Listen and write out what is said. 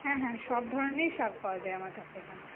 হ্যাঁ হ্যাঁ সব ধরণেরই শাক পাওয়া যায় আমার কাছে এখানে